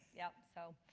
yep, so,